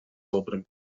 obręb